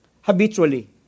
habitually